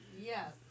Yes